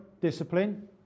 discipline